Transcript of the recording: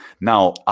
Now